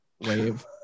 wave